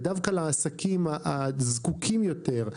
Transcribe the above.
ודווקא לעסקים הזקוקים יותר,